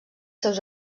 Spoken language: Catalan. seus